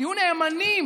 תהיו נאמנים